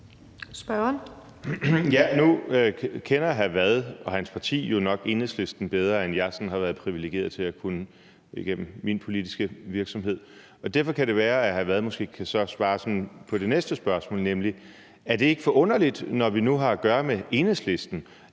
kender hr. Frederik Vad og hans parti jo nok Enhedslisten bedre, end jeg sådan har været privilegeret til at kunne igennem min politiske virksomhed, og derfor kan det være, at hr. Frederik Vad måske så kan svare på det næste spørgsmål, nemlig dette: Er det ikke forunderligt, når vi nu har at gøre med Enhedslisten,